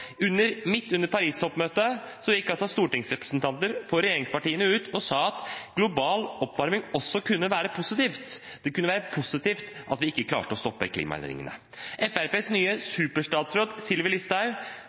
under Paris-toppmøtet gikk stortingsrepresentanter for regjeringspartiene ut og sa at global oppvarming også kunne være positivt – det kunne være positivt at vi ikke klarte å stoppe klimaendringene. Fremskrittspartiets nye superstatsråd – Sylvi Listhaug